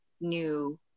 new